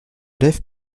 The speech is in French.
lève